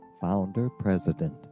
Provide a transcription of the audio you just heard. founder-president